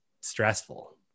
stressful